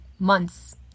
months